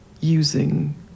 using